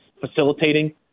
facilitating